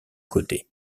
côté